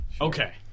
okay